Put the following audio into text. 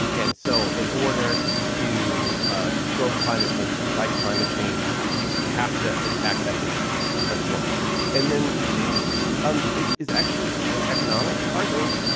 and so in order to ah to slow climate change to fight climate change you have to attack that issue. so that's one and then two um is is actually an economic argument.